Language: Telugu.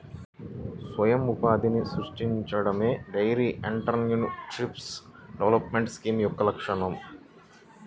స్వయం ఉపాధిని సృష్టించడమే డెయిరీ ఎంటర్ప్రెన్యూర్షిప్ డెవలప్మెంట్ స్కీమ్ యొక్క లక్ష్యం